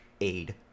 aid